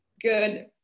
good